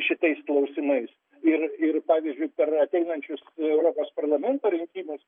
šitais klausimais ir ir pavyzdžiui per ateinančius europos parlamento rinkimus